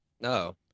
No